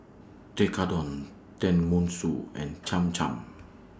Tekkadon Tenmusu and Cham Cham